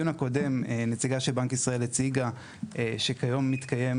בדיון הקודם נציגת בנק ישראל ציינה שכיום מתקיים